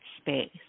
space